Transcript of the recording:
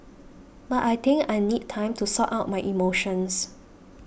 but I think I need time to sort out my emotions